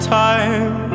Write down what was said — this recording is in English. time